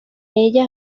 ella